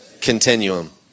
continuum